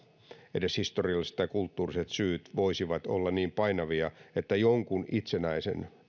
edes historialliset tai kulttuuriset syyt voisivat olla niin painavia että jonkun itsenäisen